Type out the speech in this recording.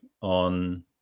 on